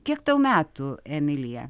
kiek tau metų emilija